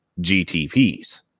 GTPs